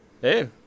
Hey